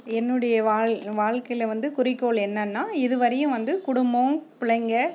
என்னுடைய வாழ் வாழ்க்கையில் வந்து குறிக்கோள் என்னென்னால் இது வரையும் வந்து குடும்பம் பிள்ளைங்க